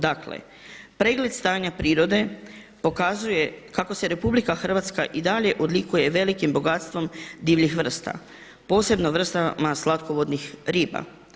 Dakle, pregled stanja prirode pokazuje kako se RH i dalje odlikuje velikim bogatstvom divljih vrsta, posebnim vrstama slatkovodnih riba.